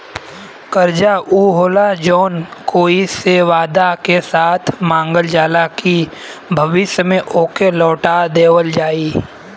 कर्जा ऊ होला जौन कोई से वादा के साथ मांगल जाला कि भविष्य में ओके लौटा देवल जाई